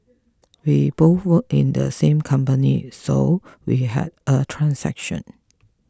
we both work in the same company so we had a transaction